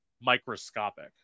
microscopic